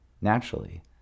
Naturally